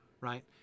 right